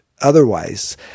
otherwise